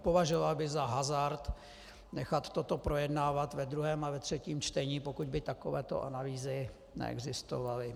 Považoval bych za hazard nechat toto projednávat ve druhém a třetím čtení, pokud by takovéto analýzy neexistovaly.